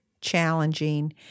challenging